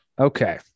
okay